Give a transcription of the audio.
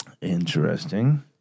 Interesting